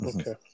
Okay